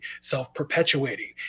self-perpetuating